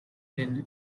been